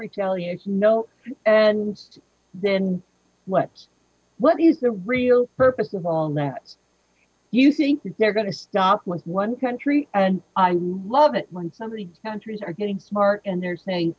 retaliates no and then what's what is the real purpose of all that you think they're going to stop with one country and i love it when somebody countries are getting smart and they're saying